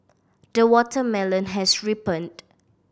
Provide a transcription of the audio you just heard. the watermelon has ripened